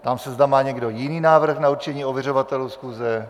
Ptám se, zda má někdo jiný návrh na určení ověřovatelů schůze.